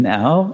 now